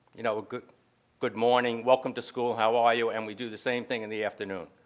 you know, ah good good morning, welcome to school, how are you. and we do the same thing in the afternoon.